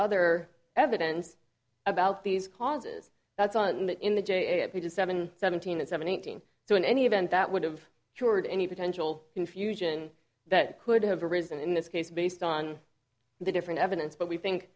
other evidence about these causes that's on in the j s p to seven seventeen and seventeen so in any event that would have cured any potential confusion that could have arisen in this case based on the different evidence but we think